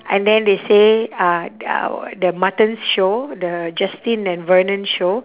and then they say uh our the muttons show the justin and vernon show